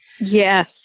Yes